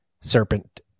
Serpent